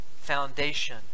foundation